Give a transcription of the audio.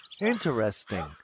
Interesting